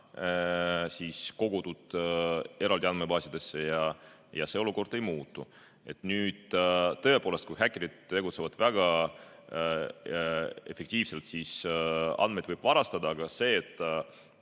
täna kogutud eraldi andmebaasidesse ja see olukord ei muutu. Tõepoolest, kui häkkerid tegutsevad väga efektiivselt, siis andmeid võib varastada, aga see, et